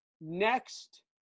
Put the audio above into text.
Next